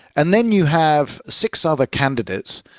and then you have six other candidates,